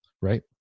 Right